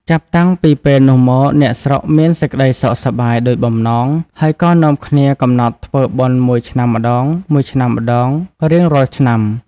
ចាប់តាំងពីពេលនោះមក អ្នកស្រុកមានសេចក្តីសុខសប្បាយដូចបំណង ហើយក៏នាំគ្នាកំណត់ធ្វើបុណ្យមួយឆ្នាំម្ដងៗរៀងរាល់ឆ្នាំ ។